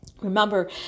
Remember